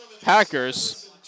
Packers